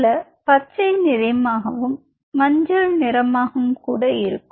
சில பச்சை நிறமாகவும் மஞ்சள் நிறமாகவும் இருக்கும்